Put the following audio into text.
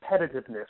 competitiveness